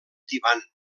tibant